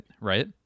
Right